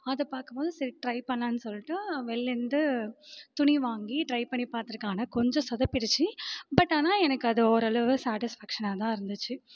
அதை பார்க்கமோது சரி ட்ரை பண்ணலான்னு சொல்லிட்டு வெள்லேருந்து துணி வாங்கி ட்ரை பண்ணி பார்த்துருக்கேன் ஆனால் கொஞ்சம் சொதப்பிடுச்சு பட் ஆனால் எனக்கு அது ஓரளவு சாட்டிஸ்ஃபேக்ஷனாக தான் இருந்துச்சு